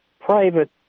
private